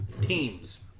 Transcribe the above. teams